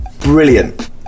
Brilliant